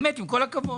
באמת, עם כל הכבוד.